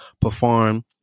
perform